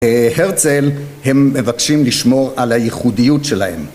הרצל, הם מבקשים לשמור על הייחודיות שלהם